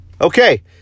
Okay